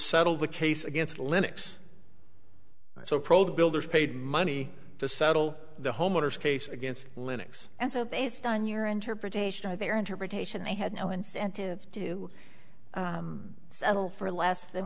settle the case against linux so pro builders paid money to settle the homeowners case against linux and so based on your interpretation of their interpretation they had no incentive to settle for less than